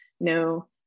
no